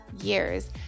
years